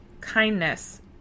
kindness